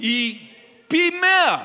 היא פי מאה,